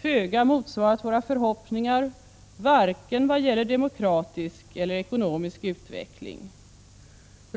föga motsvarat våra förhoppningar, oavsett om det gäller demokratisk eller ekonomisk utveckling.